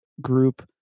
group